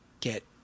get